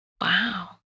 Wow